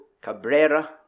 Cabrera